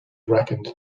reckoned